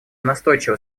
настойчиво